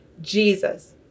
Jesus